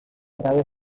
través